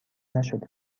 نشده